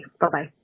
Bye-bye